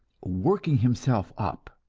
working himself up.